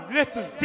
Listen